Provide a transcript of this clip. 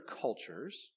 cultures